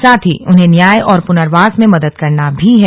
साथ ही उन्हें न्याय और पुर्नवास में मदद करना भी है